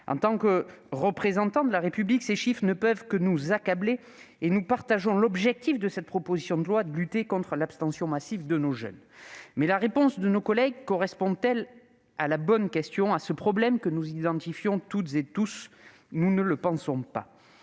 En tant que représentants de la République, ces chiffres ne peuvent que nous accabler et nous partageons l'objectif de cette proposition de loi de lutter contre l'abstention massive de nos jeunes. Mais la réponse de nos collègues du groupe SER correspond-elle à la bonne question, à ce problème que nous identifions toutes et tous ? Nous ne le pensons pas.